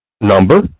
number